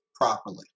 Properly